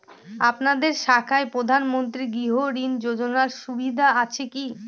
আপনাদের শাখায় প্রধানমন্ত্রী গৃহ ঋণ যোজনার সুবিধা আছে কি?